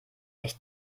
echt